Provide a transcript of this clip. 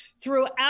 throughout